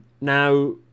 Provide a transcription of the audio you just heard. now